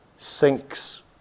sinks